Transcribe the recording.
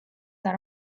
არა